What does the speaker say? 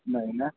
नाही ना